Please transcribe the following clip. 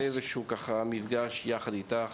אני אעשה איזשהו מפגש יחד איתך.